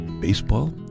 Baseball